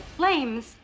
flames